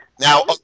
Now